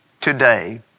today